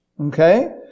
Okay